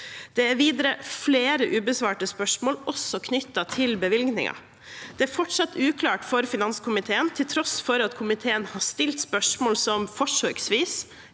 Det er videre flere ubesvarte spørsmål knyttet til bevilgningen. Det er fortsatt uklart for finanskomiteen, til tross for at komiteen har stilt spørsmål som forsøksvis